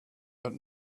but